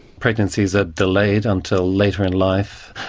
pregnancies are delayed until later in life,